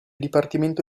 dipartimento